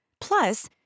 Plus